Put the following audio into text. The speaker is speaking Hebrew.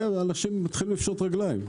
אנשים יתחילו לפשוט רגליים.